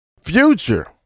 Future